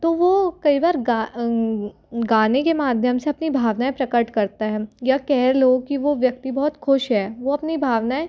तो वो कई वार गाने के माध्यम से अपनी भावनाऍं प्रकट करता है या कहे लो कि वो व्यक्ति बहुत खुश है वो अपनी भावनाऍं